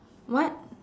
what